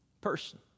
person